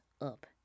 up